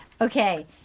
Okay